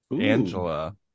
Angela